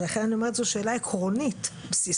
לכן אני אומרת שזאת שאלה עקרונית בסיסית.